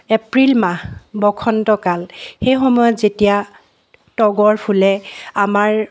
এপ্ৰিল মাহ বসন্ত কাল সেই সময়ত যেতিয়া তগৰ ফুলে আমাৰ